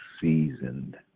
seasoned